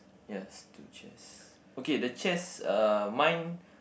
yes two chairs okay the chairs uh mine